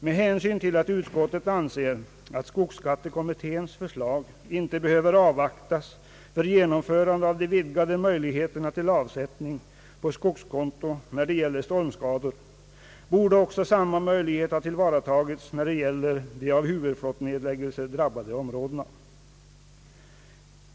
Med hänsyn till att utskottet anser att skogsskattekommitténs förslag icke behöver avvaktas för genomförande av de vidgade möjligheterna till avsättning på skogskonto när det gäller stormskador borde också samma möjlighet ha tillvaratagits när det gäller de av huvudflottledsnedläggelser drabbade områdena.